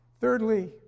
Thirdly